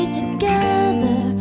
together